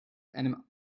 einem